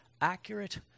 accurate